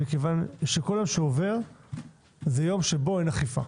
כי כל יום שעובר זה יום שבו אין אכיפה.